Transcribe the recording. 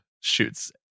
shoots